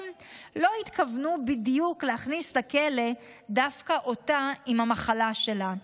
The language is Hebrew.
לא התכוונו בדיוק להכניס לכלא דווקא אותה עם המחלה שלה.